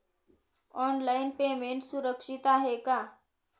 Online payment सुरक्षित आहे का?